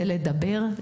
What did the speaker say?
זה לדבר,